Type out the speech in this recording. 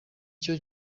cyo